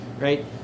right